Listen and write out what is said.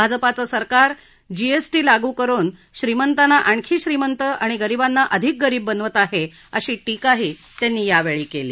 भाजपाचं सरकार जीएसटी लागू करुन श्रीमंतांना आणखी श्रीमंत आणि गरीबांना अधिक गरीब बनवत आहे अशी टीकाही त्यांनी यावेळी केली